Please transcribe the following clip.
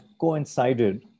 coincided